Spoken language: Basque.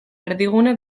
erdigune